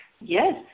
Yes